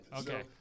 Okay